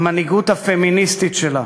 המנהיגות הפמיניסטית שלה,